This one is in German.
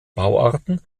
bauarten